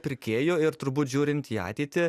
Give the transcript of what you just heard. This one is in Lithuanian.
pirkėjų ir turbūt žiūrint į ateitį